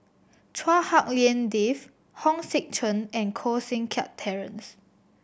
Chua Hak Lien Dave Hong Sek Chern and Koh Seng Kiat Terence